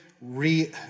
re